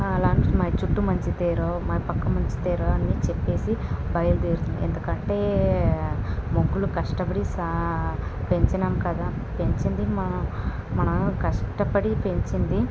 అలా మన చుట్టూ మంచి దేరో మన పక్క మంచి దేరో అన్నీ చెప్పేసి బయలు దేరి వెళుతూఎందుకంటే మొక్కలు కష్టపడి సా పెంచినాము కదా పెంచింది మన మనం కష్టపడి పెంచింది